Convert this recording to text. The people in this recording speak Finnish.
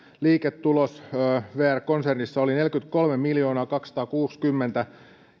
liiketulos vr konsernissa oli neljäkymmentäkolmemiljoonaakaksisataakuusikymmentätuhatta